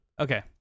Okay